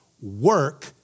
work